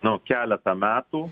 nu keletą metų